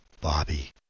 Bobby